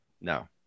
No